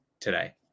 today